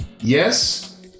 Yes